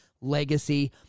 legacy